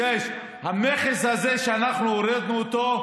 המכס הזה, שאנחנו הורדנו אותו,